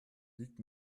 liegt